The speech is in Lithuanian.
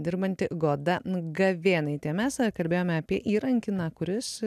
dirbanti goda gavėnaitė mes kalbėjome apie įrankį na kuris